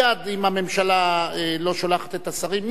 אם הממשלה לא שולחת את השרים,